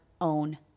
own